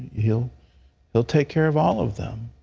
he'll he'll take care of all of them.